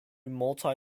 multi